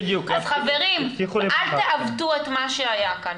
חברים, אל תעוותו את מה שהיה כאן.